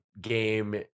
game